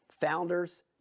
founders